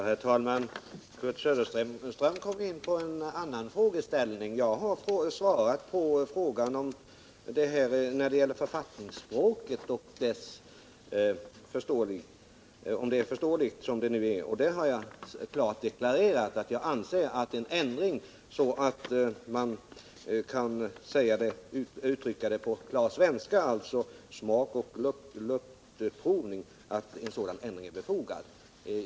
Herr talman! Kurt Söderström kom in på en annan frågeställning än den som togs upp i frågan. Jag har svarat på den ursprungliga frågan, huruvida författningsspråket är förståeligt som det nu är. Där har jag klart deklarerat att jag anser att en ändring, så att man skall uttrycka det hela på klar svenska med orden smakoch luktprovning, är befogad.